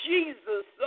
Jesus